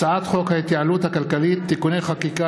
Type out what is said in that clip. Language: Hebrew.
הצעת חוק ההתייעלות הכלכלית (תיקוני חקיקה